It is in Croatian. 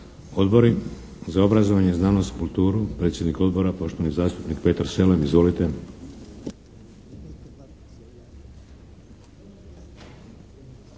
Odbori za obrazovanje, znanost, kulturu? Predsjednik odbora poštovani zastupnik Petar Selem. Izvolite!